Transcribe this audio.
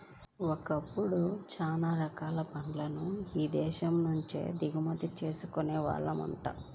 ఒకప్పుడు చానా రకాల పళ్ళను ఇదేశాల నుంచే దిగుమతి చేసుకునే వాళ్ళమంట